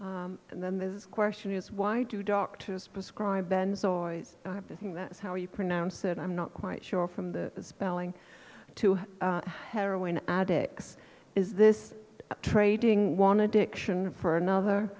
you and then the question is why do doctors prescribe bandsaw is the thing that's how you pronounce it i'm not quite sure from the spelling to heroin addicts is this trading one addiction for another